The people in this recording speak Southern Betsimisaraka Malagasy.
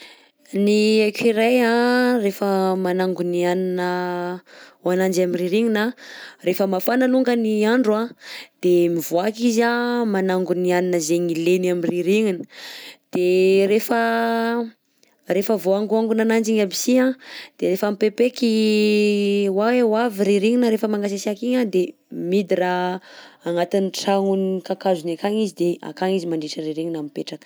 Ny écureuil anh rehefa magnagona i hanina ho ananjy am'rirignina anh, rehefa mafana alongany andro a de mivoaka izy a manangona i hanina zaigny ilainy am'rirignina, de rehefa rehefa voangoangona ananjy igny aby si anh de rehefa mipaipaiky hoe ho avy rirignina rehefa mangasiasiaka igny anh de mihidy raha agnatin'ny tragnony kakazo akagny izy de akagny izy mandritra rirignina mipetraka.